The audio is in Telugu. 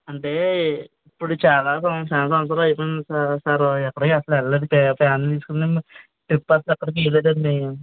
అంటే ఇప్పుడు చాలా సంవత్సరాలు చాలా సంవత్సరాలు అయిపోయింది సార్ ఎక్కడికి అస్సలు వెళ్ళలేదు ఫ్యామిలీని తీసుకుని ట్రిప్ అస్సలు ఎక్కడికి వెయ్యలేదు అండి